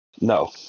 No